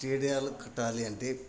స్టేడియాలు కట్టాలి అంటే